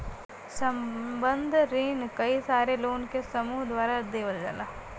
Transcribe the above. संबंद्ध रिन कई सारे लोग के समूह द्वारा देवल जाला